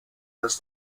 has